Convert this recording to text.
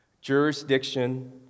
jurisdiction